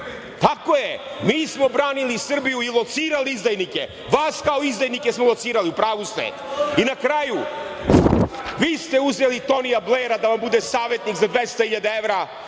Srbiju. Mi smo branili Srbiju i locirali izdajnike, vas kao izdajnike smo locirali, u pravu ste. Na kraju, vi ste uzeli Tonija Blera da vam bude savetnik za 200 evra